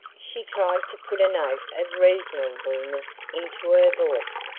she tried to put a note of reasonableness into her voice.